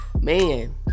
Man